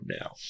now